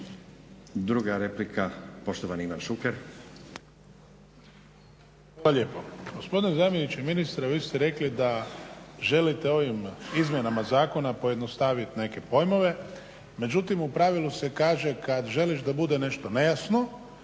Druga replika, poštovani Ivan Šuker.